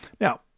Now